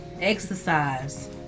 Exercise